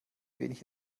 wenig